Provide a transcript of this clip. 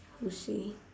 we see